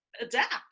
adapt